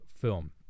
film